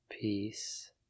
peace